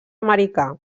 americà